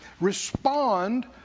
respond